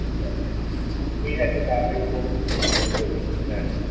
ঠিক আছে ঠিক আছে তাড়াতাড়ি করুন বেশি দেরি করবেন না রাখছি